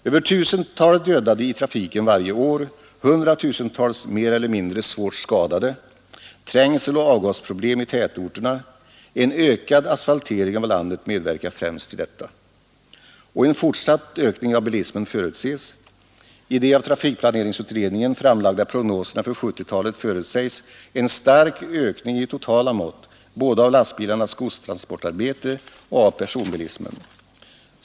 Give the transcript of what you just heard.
Över tusentalet dödade i trafiken varje år, hundratusentals mer eller mindre svårt skadade, trängseloch avgasproblem i tätorterna, en ökad asfaltering av landet medverkar främst till detta. Och en fortsatt ökning av bilismen förutses: i de av trafikplaneringsutredningen framlagda prognoserna för 1970-talet förutsägs en stark ökning i totala mått, både av lastbilarnas godstransportarbete och av personbilismen.